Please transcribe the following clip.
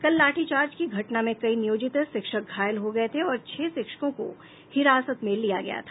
कल लाठीचार्ज की घटना में कई नियोजित शिक्षक घायल हो गये थे और छह शिक्षकों को हिरासत में लिया था